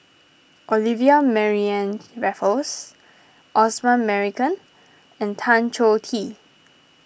Olivia Mariamne Raffles Osman Merican and Tan Choh Tee